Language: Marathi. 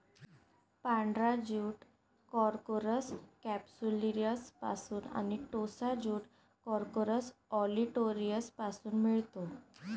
पांढरा ज्यूट कॉर्कोरस कॅप्सुलरिसपासून आणि टोसा ज्यूट कॉर्कोरस ऑलिटोरियसपासून मिळतो